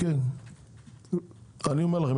אני אומר לכם,